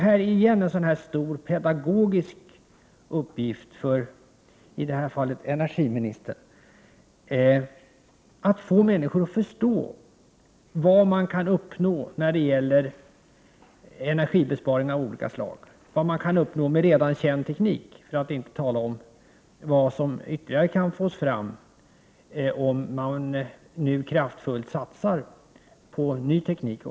Här är en stor pedagogisk uppgift för energiministern — att få människor att förstå vad man kan uppnå när det gäller energibesparing av olika slag med redan känd teknik, för att inte tala om vad som ytterligare kan uppnås om man nu kraftfullt satsar också på ny teknik.